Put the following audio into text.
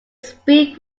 speed